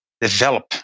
develop